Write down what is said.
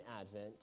advent